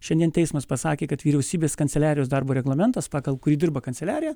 šiandien teismas pasakė kad vyriausybės kanceliarijos darbo reglamentas pagal kurį dirba kanceliarija